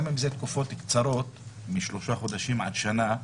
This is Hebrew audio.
גם אם אלה תקופות קצרות מ-3 חודשים עד שנה,